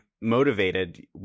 motivated